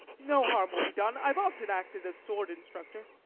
no harm will be done i've often acted as sword instructor.